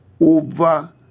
over